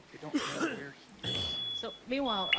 i don't know where he is. so, meanwhile,